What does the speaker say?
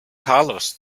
carlos